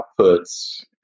outputs